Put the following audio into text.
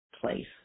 place